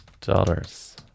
dollars